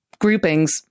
groupings